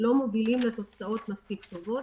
לא מובילים לתוצאות מספיק טובות,